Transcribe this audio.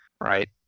right